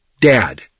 Dad